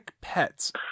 pets